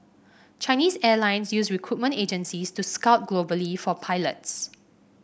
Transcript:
Chinese Airlines use recruitment agencies to scout globally for pilots